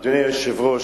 אדוני היושב-ראש,